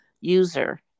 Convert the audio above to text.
user